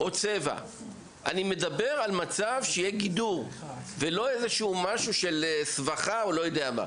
אני מדבר על מצב שיהיה גידור ולא סבכה וכד'.